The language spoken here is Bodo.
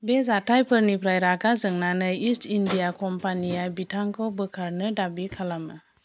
बे जाथायफोरनिफ्राय रागा जोंनानै ईस्ट इण्डिया कम्पानिया बिथांखौ बोखारनो दाबि खालामो